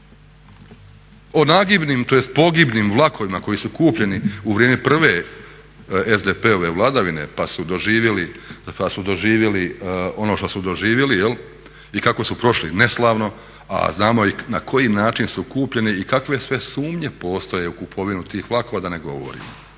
O nagibnim, tj. pogibnim vlakovima koji su kupljeni u vrijeme prve SDP-ove vladavine, pa su doživjeli ono što su doživjeli i kako su prošli neslavno, a znamo i na koji način su kupljeni i kakve sve sumnje postoje u kupovinu tih vlakova da ne govorim.